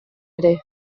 ere